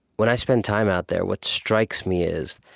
when i spend time out there, what strikes me is,